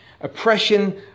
oppression